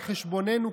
על חשבוננו,